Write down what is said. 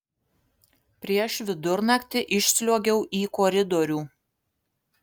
prieš vidurnaktį išsliuogiau į koridorių